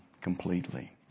completely